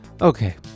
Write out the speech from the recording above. okay